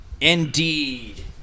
Indeed